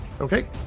Okay